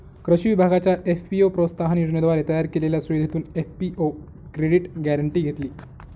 कृषी विभागाच्या एफ.पी.ओ प्रोत्साहन योजनेद्वारे तयार केलेल्या सुविधेतून एफ.पी.ओ क्रेडिट गॅरेंटी घेतली